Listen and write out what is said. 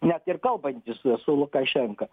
net ir kalbantis su lukašenka